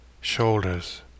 shoulders